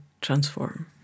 transform